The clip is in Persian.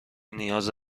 نیاز